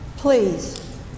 Please